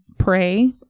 Pray